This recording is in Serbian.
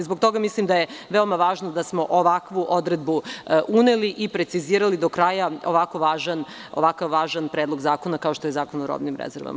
Zbog toga mislim da je veoma važno da smo ovakvu odredbu uneli i precizirali do kraja ovako važan predlog zakona kao što je Zakon o robnim rezervama.